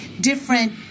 different